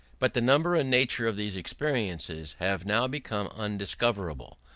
but the number and nature of these experiences have now become undiscoverable,